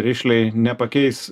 rišliai nepakeis